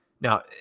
Now